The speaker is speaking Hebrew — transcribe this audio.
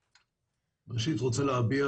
ראשית, אני רוצה להביע